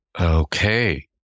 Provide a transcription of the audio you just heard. Okay